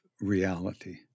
reality